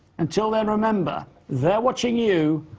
until then, remember they're watching you,